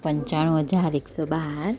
પંચાણું હજાર એકસો બાર